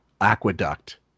aqueduct